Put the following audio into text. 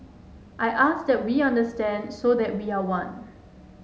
I ask that we understand so that we are one